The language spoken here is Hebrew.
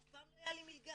אף פעם לא הייתה לי מלגה.